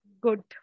good